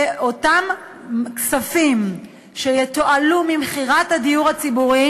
שאותם כספים שיתועלו ממכירת הדיור הציבורי